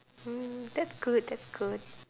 mm that's good that's good